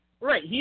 Right